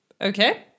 okay